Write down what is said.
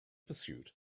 pursuit